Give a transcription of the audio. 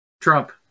Trump